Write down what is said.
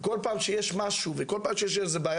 אנחנו לא רוצים שכל פעם שיש איזושהי בעיה